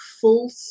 full